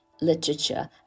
literature